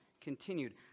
Continued